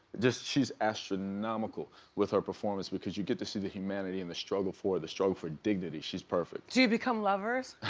just, she's astronomical with her performance because you get to see the humanity and the struggle for her. the struggle for dignity, she's perfect. do you become lovers?